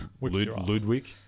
ludwig